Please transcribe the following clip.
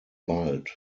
bald